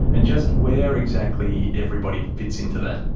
and just where exactly everybody fits into that.